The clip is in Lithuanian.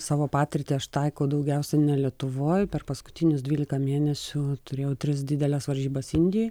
savo patirtį aš taiko daugiausiai ne lietuvoj per paskutinius dvyliką mėnesių turėjau tris dideles varžybas indijoj